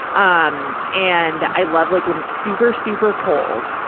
um and, i love like when it's super, super cold,